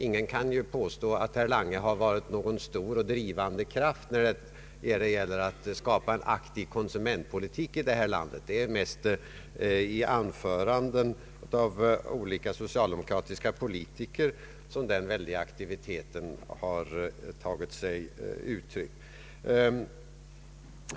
Ingen kan ju påstå att herr Lange varit någon stor och drivande kraft när det gällt att skapa en aktiv konsumentpolitik i detta land. Det är mest i an föranden av olika socialdemokratiska politiker som den väldiga aktiviteten har tagit sig uttryck.